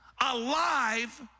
alive